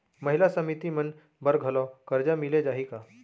महिला समिति मन बर घलो करजा मिले जाही का?